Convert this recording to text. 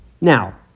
Now